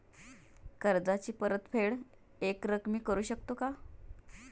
कर्जाची परतफेड एकरकमी करू शकतो का?